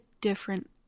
different